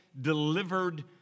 delivered